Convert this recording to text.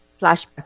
flashback